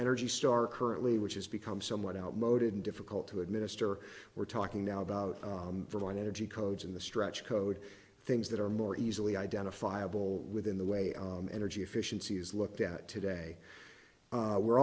energy star currently which has become somewhat outmoded and difficult to administer we're talking now about for wind energy codes in the stretch code things that are more easily identifiable within the way energy efficiency is looked at today we're